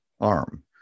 arm